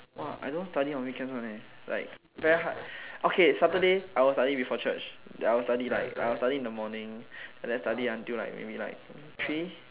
!wah! I don't study on weekends one eh like very hard okay Saturday I will study before church then I will study like like I will study in the morning and than study until like maybe like three